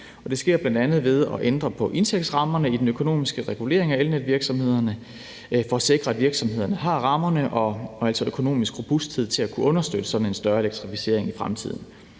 Det sker bl.a. ved at ændre på indtægtsrammerne i den økonomiske regulering af netvirksomhederne for at sikre, at virksomhederne har rammerne og altså økonomisk robusthed til at kunne understøtte sådan en større elektrificering i fremtiden.